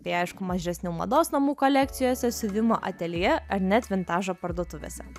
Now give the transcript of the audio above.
tai aišku mažesnių mados namų kolekcijose siuvimo atelje ar net vintažo parduotuvėse